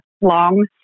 long